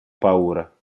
paura